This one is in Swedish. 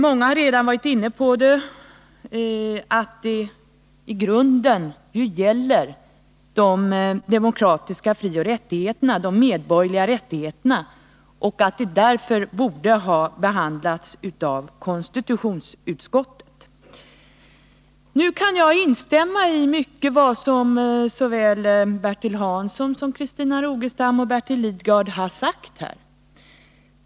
Många har redan varit inne på att det i grunden gäller de demokratiska frioch rättigheterna, de medborgerliga rättigheterna, och att frågan därför borde ha behandlats av konstitutionsutskottet. Nu kan jag instämma i mycket av vad såväl Bertil Hansson som Christina Rogestam och Bertil Lidgard här har sagt.